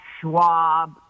Schwab